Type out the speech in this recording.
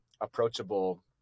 approachable